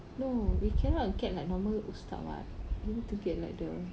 no we cannot get like normal ustaz [what] we need to get like the